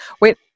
wait